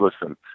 listen